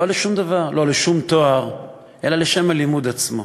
לא לשום דבר, לא לשום תואר, אלא לשם הלימוד עצמו.